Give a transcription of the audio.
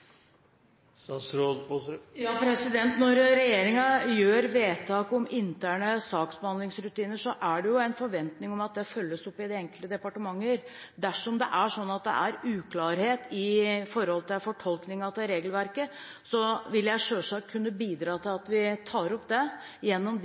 Når regjeringen gjør vedtak om interne saksbehandlingsrutiner, er det en forventning om at det følges opp av de enkelte departementer. Dersom det er uklarhet om fortolking av regelverket, vil jeg selvsagt kunne bidra til at vi tar opp det